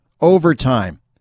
Overtime